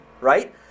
Right